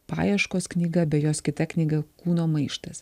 paieškos knyga bei jos kita knyga kūno maištas